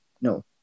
No